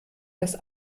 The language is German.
das